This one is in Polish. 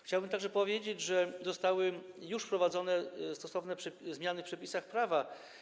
Chciałbym także powiedzieć, że zostały już wprowadzone stosowne zmiany w przepisach prawa.